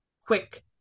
quick